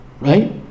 right